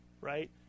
right